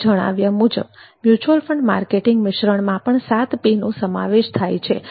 આગળ જણાવ્યા મુજબ મ્યુચ્યુઅલ ફંડ માર્કેટિંગ મિશ્રણમાં પણ 7P નો સમાવેશ થાય છે